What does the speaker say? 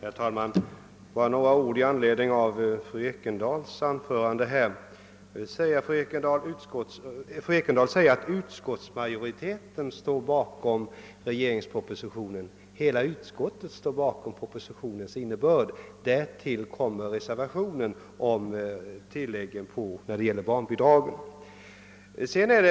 Herr talman! Fru Ekendahl sade att majoriteten i andra lagutskottet genom sitt utlåtande står bakom propositionen. I verkligheten står hela utskottet bakom propositionen och dess innebörd; reservationen utgör bara ett tillägg beträffande barnbidraget.